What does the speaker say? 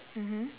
mmhmm